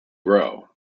grow